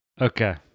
Okay